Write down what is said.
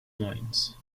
mines